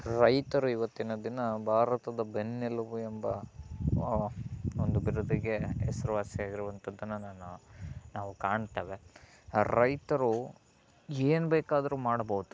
ರೈತರು ಇವತ್ತಿನ ದಿನ ಭಾರತದ ಬೆನ್ನೆಲುಬು ಎಂಬ ಒಂದು ಬಿರುದಿಗೆ ಹೆಸರುವಾಸಿಯಾಗಿರುವಂಥದ್ದನ್ನ ನಾನು ನಾವು ಕಾಣ್ತೇವೆ ರೈತರು ಏನು ಬೇಕಾದರೂ ಮಾಡಬೋದು